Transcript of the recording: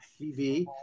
TV